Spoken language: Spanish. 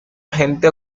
agente